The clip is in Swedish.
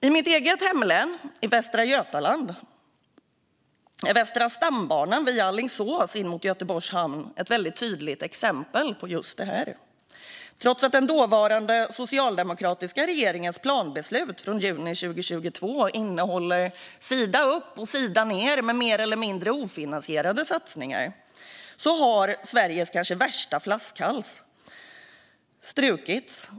I mitt hemlän Västra Götaland är Västra stambanan via Alingsås in mot Göteborgs hamn ett tydligt exempel på detta. Trots att den dåvarande socialdemokratiska regeringens planbeslut från juni 2022 innehåller sida upp och sida ned med mer eller mindre ofinansierade satsningar har Sveriges kanske värsta flaskhals strukits.